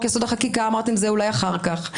יסוד: החקיקה ואמרתם: זה אולי אחר כך,